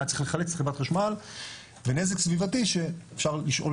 היה צריך לחלץ את חברת חשמל ונזק סביבתי שאפשר לשאול